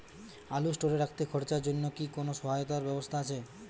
আলু স্টোরে রাখতে খরচার জন্যকি কোন সহায়তার ব্যবস্থা আছে?